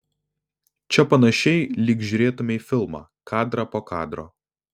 čia panašiai lyg žiūrėtumei filmą kadrą po kadro